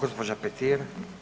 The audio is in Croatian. Gospođa Petir.